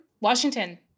Washington